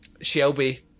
shelby